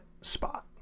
spot